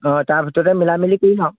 অঁ তাৰ ভিতৰতে মিলামিলি কৰিম আৰু